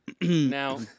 Now